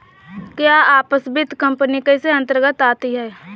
क्या आवास वित्त कंपनी इसके अन्तर्गत आती है?